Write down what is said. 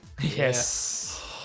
Yes